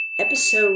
Episode